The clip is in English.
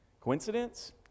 Coincidence